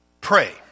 pray